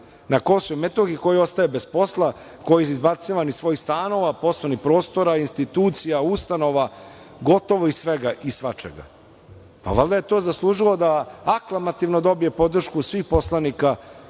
na Kosovu i Metohiji koji ostaje bez posla, koji je izbacivan iz svojih stanova, poslovnih prostora, institucija, ustanova, gotovo iz svega i svačega. Valjda je to zaslužilo da aklamativno dobije podršku svih poslanika